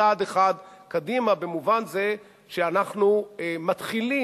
צעד אחד קדימה במובן זה שאנחנו מתחילים,